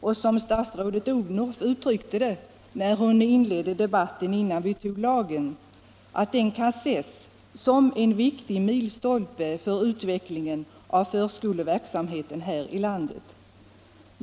Herr talman! Med anledning av de inlägg som gjorts här tycker jag det finns anledning att erinra om den lag om förskoleverksamhet som riksdagen antog i december 1973. Statsrådet Odhnoff sade, när hon vid det tillfället inledde debatten, att lagen kan ses som en viktig milstolpe för utvecklingen av förskoleverksamheten här i landet.